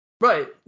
Right